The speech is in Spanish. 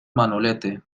manolete